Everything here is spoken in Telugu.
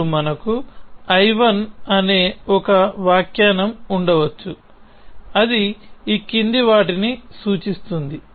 ఇప్పుడు మనకు I1 అనే ఒక వ్యాఖ్యానం ఉండవచ్చు అది ఈ క్రింది వాటిని చేస్తుంది